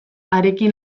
harekin